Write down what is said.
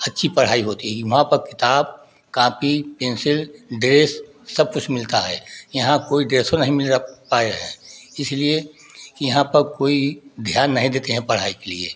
अच्छी पढ़ाई होती है वहाँ पर किताब कापी पेंसिल ड्रेस सब कुछ मिलता है यहाँ कोई ड्रेसों नहीं मिल पाए है इसीलिए की यहाँ पर कोई ध्यान नहीं देते हैँ पढ़ाई के लिए